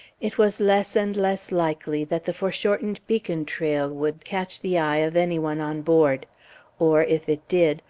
it was less and less likely that the fore-shortened beacon trail would catch the eye of any one on board or, if it did,